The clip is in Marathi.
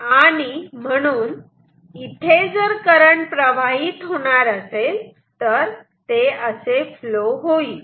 आणि म्हणून इथे जर करंट प्रवाहीत होणार असेल तर ते असे फ्लो होईल